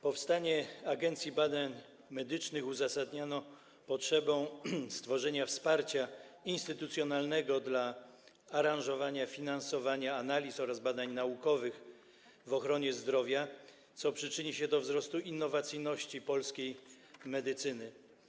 Powstanie Agencji Badań Medycznych uzasadniono potrzebą stworzenia wsparcia instytucjonalnego dla aranżowania i finansowania analiz oraz badań naukowych w ochronie zdrowia, co przyczyni się do wzrostu innowacyjności polskiej medycyny.